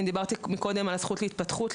אני דיברתי מקודם על הזכות להתפתחות,